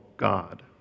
God